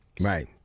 Right